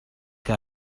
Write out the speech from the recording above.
que